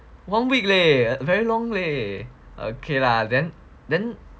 one week leh very long leh okay lah then then